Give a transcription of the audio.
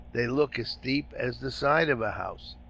they look as steep as the side of a house.